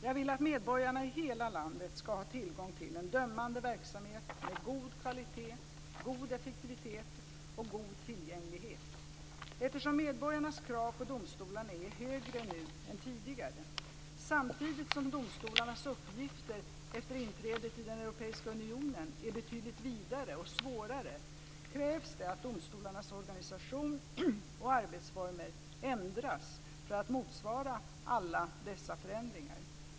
Jag vill att medborgarna i hela landet ska ha tillgång till en dömande verksamhet med god kvalitet, god effektivitet och god tillgänglighet. Eftersom medborgarnas krav på domstolarna är högre nu än tidigare, samtidigt som domstolarnas uppgifter efter inträdet i den europeiska unionen är betydligt vidare och svårare krävs det att domstolarnas organisation och arbetsformer ändras för att motsvara alla dessa förändringar.